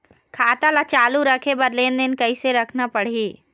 खाता ला चालू रखे बर लेनदेन कैसे रखना पड़ही?